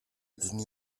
dni